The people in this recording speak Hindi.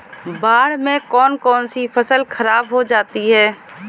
बाढ़ से कौन कौन सी फसल खराब हो जाती है?